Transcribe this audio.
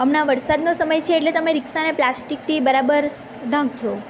હમણાં વરસાદનો સમય છે એટલે તમે રિક્ષાને પ્લાસ્ટિકથી બરાબર ઢાંકજો